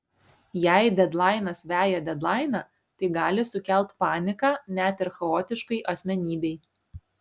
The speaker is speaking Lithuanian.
jei dedlainas veja dedlainą tai gali sukelt paniką net ir chaotiškai asmenybei